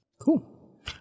Cool